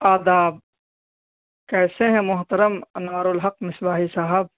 آداب کیسے ہیں محترم انوار الحق مصباحی صاحب